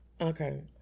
Okay